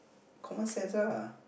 common sense ah